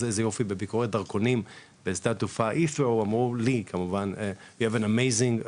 בביקורת הדרכונים אמרו לי יש לך נכד מדהים,